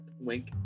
wink